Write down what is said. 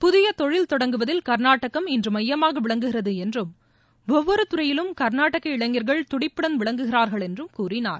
புதிய தொழில் தொடங்குவதில் கா்நாடகம் இன்று மையமாக விளங்குகிறது என்றும் ஒவ்வொரு துறையிலும் கள்நாடக இளைஞர்கள் துடிப்புடன் விளங்குகிறார்கள் என்றும் கூறினார்